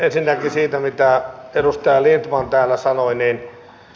ensinnäkin siitä mitä edustaja lindtman täällä sanoi